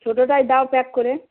ছোটোটাই দাও প্যাক করে